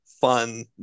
fun